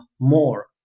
more